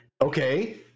okay